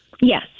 Yes